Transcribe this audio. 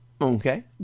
Okay